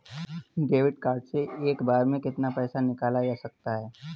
Debit card से एक बार में कितना पैसा निकाला जा सकता है?